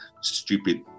stupid